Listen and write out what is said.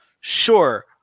Sure